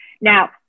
Now